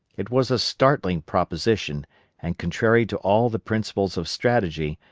it was a startling proposition and contrary to all the principles of strategy,